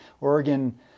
Oregon